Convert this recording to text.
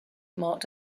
marked